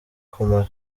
kumara